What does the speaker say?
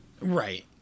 Right